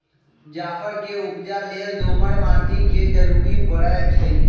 जाफर के उपजा लेल दोमट माटि के जरूरी परै छइ